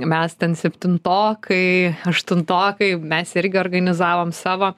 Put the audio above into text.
mes ten septintokai aštuntokai mes irgi organizavom savo